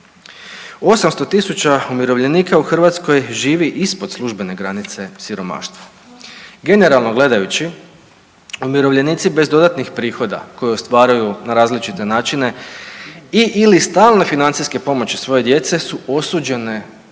800.000 umirovljenika u Hrvatskoj živi ispod službene granice siromaštva, generalno gledajući umirovljenici bez dodatnih prihoda koji ostvaruju na različite načine i/ili stalne financijske pomoći svoje djece su osuđeni na